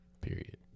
Period